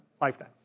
lifetime